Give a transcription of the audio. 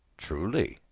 truly,